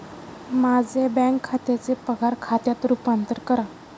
माझे बँक खात्याचे पगार खात्यात रूपांतर करा